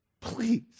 Please